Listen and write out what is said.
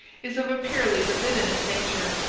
is of a purely libidinous nature.